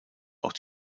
auch